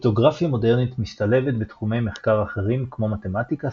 קריפטוגרפיה מודרנית משתלבת בתחומי מחקר אחרים כמו מתמטיקה,